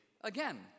again